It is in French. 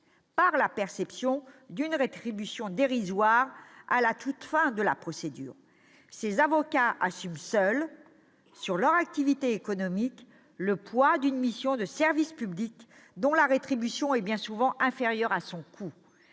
» la perception d'une rétribution dérisoire à la toute fin de la procédure. Ces avocats assument seuls, sur leur activité économique, le poids d'une mission de service public dont la rétribution est bien souvent inférieure au coût.